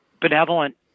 benevolent